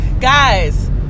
Guys